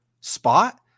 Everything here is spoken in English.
spot